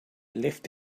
left